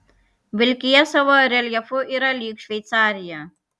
vilkija savo reljefu yra lyg šveicarija